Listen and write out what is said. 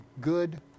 good